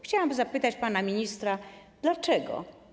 Chciałam zapytać pana ministra: Dlaczego?